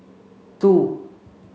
two